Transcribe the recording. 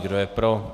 Kdo je pro?